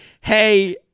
hey